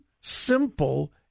simple